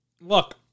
Look